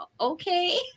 okay